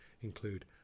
include